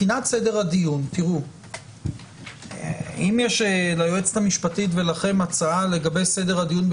אם יש ליועצת המשפטית ולכם הצעה לגבי סדר הדיון,